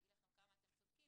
לכם כמה אתם צודקים,